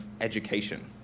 education